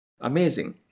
amazing